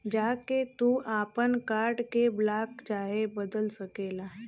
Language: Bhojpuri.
जा के तू आपन कार्ड के ब्लाक चाहे बदल सकेला